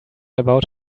about